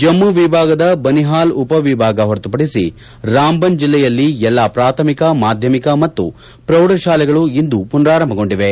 ಜಮ್ಮು ವಿಭಾಗದ ಬನಿಹಾಲ್ ಉಪ ವಿಭಾಗ ಹೊರತುಪಡಿಸಿ ರಾಮ್ ಬನ್ ಜಿಲ್ಲೆಯಲ್ಲಿ ಎಲ್ಲ ಪ್ರಾಥಮಿಕ ಮಾಧ್ಯಮಿಕ ಮತ್ತು ಪೌಢ ಶಾಲೆಗಳು ಇಂದು ಪುನಾರಂಭಗೊಂಡಿವೆ